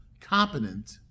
competent